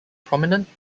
prominent